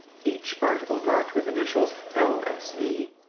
each article marked with initials l. s. v.